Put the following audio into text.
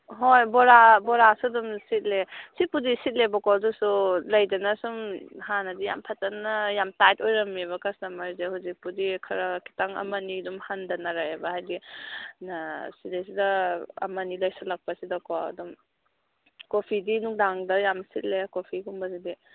ꯍꯣꯏ ꯕꯣꯔꯥꯁꯨ ꯑꯗꯨꯝ ꯁꯤꯠꯂꯦ ꯁꯤꯠꯄꯨꯗꯤ ꯁꯤꯠꯂꯦꯕꯀꯣ ꯑꯗꯣꯏꯁꯨ ꯂꯩꯗꯅ ꯁꯨꯝ ꯍꯥꯟꯅꯗꯤ ꯌꯥꯝ ꯐꯖꯅ ꯌꯥꯝ ꯇꯥꯏꯠ ꯑꯣꯏꯔꯝꯃꯦꯕ ꯀꯁꯇꯃꯔꯁꯦ ꯍꯧꯖꯤꯛꯄꯨꯗꯤ ꯈꯔ ꯈꯤꯇꯪ ꯑꯃ ꯑꯅꯤ ꯑꯗꯨꯝ ꯍꯟꯊꯅꯔꯦꯕ ꯍꯥꯏꯗꯤ ꯑꯥ ꯁꯤꯗꯩꯁꯤꯗ ꯑꯃꯅꯤ ꯂꯩꯁꯤꯜꯂꯛꯄꯁꯤꯗꯀꯣ ꯑꯗꯨꯝ ꯀꯣꯐꯤꯗꯤ ꯅꯨꯡꯗꯥꯡꯗ ꯌꯥꯝ ꯁꯤꯠꯂꯦ ꯀꯣꯐꯤꯒꯨꯝꯕꯁꯤꯗꯤ